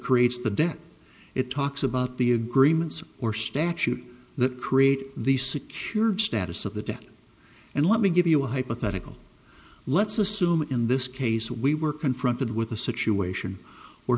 creates the debt it talks about the agreements or statute that create the secured status of the debt and let me give you a hypothetical let's assume in this case we were confronted with a situation or